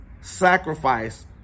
Sacrifice